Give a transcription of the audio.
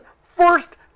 first